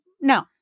No